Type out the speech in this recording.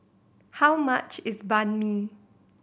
how much is Banh Mi